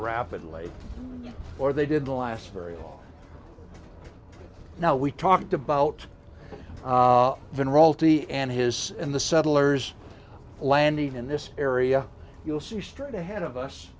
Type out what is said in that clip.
rapidly or they didn't last very long now we talked about when raul t and his in the settlers landing in this area you'll see straight ahead of us